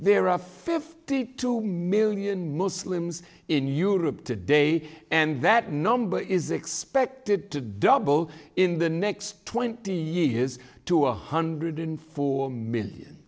there are fifty two million muslims in europe today and that number is expected to double in the next twenty years to one hundred four million